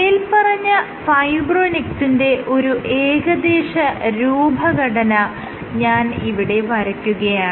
മേല്പറഞ്ഞ ഫൈബ്രോനെക്റ്റിന്റെ ഒരു ഏകദേശ രൂപഘടന ഞാൻ ഇവിടെ വരയ്ക്കുകയാണ്